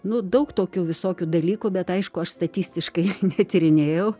nu daug tokių visokių dalykų bet aišku aš statistiškai netyrinėjau